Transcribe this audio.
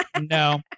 No